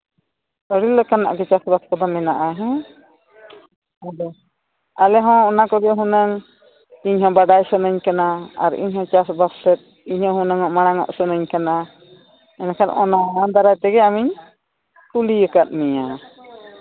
ᱟᱹᱰᱤ ᱞᱮᱟᱱᱟᱜ ᱜᱮ ᱪᱟᱥᱵᱟᱥ ᱠᱚᱫᱚ ᱢᱮᱱᱟᱜᱼᱟ ᱵᱟᱝ ᱟᱫᱚ ᱟᱞᱮ ᱦᱚᱸ ᱚᱱᱟ ᱠᱚᱜᱮ ᱦᱩᱱᱟᱹᱝ ᱤᱧᱦᱚᱸ ᱵᱟᱰᱟᱭ ᱥᱟᱱᱟᱧ ᱠᱟᱱᱟ ᱤᱧᱦᱚᱸ ᱪᱟᱥᱵᱟᱥ ᱥᱮᱫ ᱤᱧ ᱦᱚᱸ ᱦᱩᱱᱟᱹᱝ ᱢᱟᱲᱟᱝᱚᱜ ᱥᱟᱱᱟᱧ ᱠᱟᱱᱟ ᱢᱮᱱᱠᱷᱟᱱ ᱚᱱᱟ ᱫᱟᱨᱟᱭ ᱛᱮ ᱟᱹᱢᱤᱧ ᱠᱩᱞᱤ ᱟᱠᱟᱫ ᱢᱮᱭᱟ